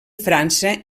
frança